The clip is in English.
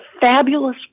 fabulous